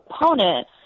opponent